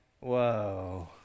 whoa